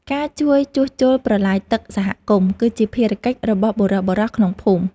ការជួយជួសជុលប្រឡាយទឹកសហគមន៍ គឺជាភារកិច្ចរបស់បុរសៗក្នុងភូមិ។